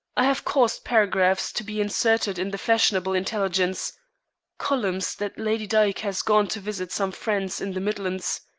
i have caused paragraphs to be inserted in the fashionable intelligence columns that lady dyke has gone to visit some friends in the midlands.